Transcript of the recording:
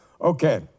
Okay